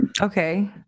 Okay